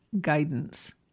guidance